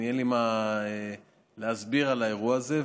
אין לי מה להסביר על האירוע הזה.